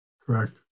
Correct